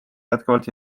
jätkuvalt